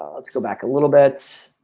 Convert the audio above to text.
let's go back a little bit